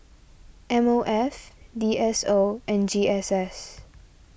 M O F D S O and G S S